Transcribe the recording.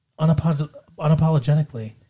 unapologetically